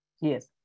Yes